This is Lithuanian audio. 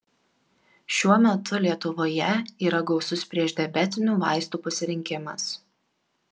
šiuo metu lietuvoje yra gausus priešdiabetinių vaistų pasirinkimas